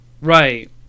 Right